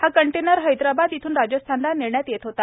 हा कंटेनर हैद्राबाद येथून राजस्थानला नेण्यात येत होता